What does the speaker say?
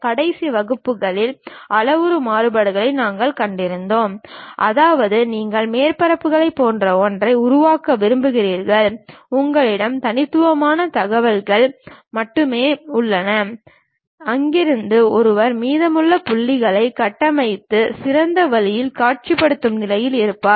கடைசி வகுப்புகளில் அளவுரு மாறுபாடுகளை நாங்கள் கண்டிருக்கிறோம் அதாவது நீங்கள் மேற்பரப்புகளைப் போன்ற ஒன்றை உருவாக்க விரும்புகிறீர்கள் உங்களிடம் தனித்துவமான தகவல்கள் மட்டுமே உள்ளன அங்கிருந்து ஒருவர் மீதமுள்ள புள்ளிகளைக் கட்டமைத்து சிறந்த வழியில் காட்சிப்படுத்தும் நிலையில் இருப்பார்